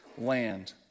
land